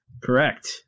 Correct